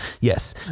yes